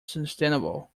sustainable